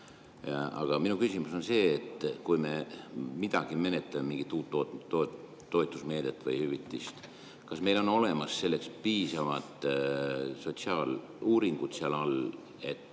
Aga minu küsimus on see. Kui me midagi menetleme, mingit uut toetusmeedet või hüvitist, kas meil on olemas selleks piisavad sotsiaaluuringud, et